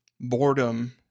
boredom